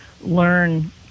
learn